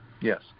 Yes